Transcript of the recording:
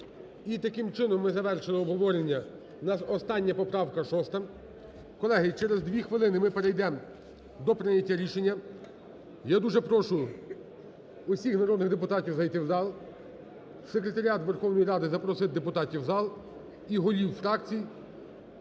таким чином ми завершили обговорення у нас остання поправка шоста. Колеги, через дві хвилини ми перейдемо до прийняття рішення. Я дуже прошу усіх народних депутатів зайти в зал. Секретаріат Верховної Ради, запросіть депутатів у зал і голів фракцій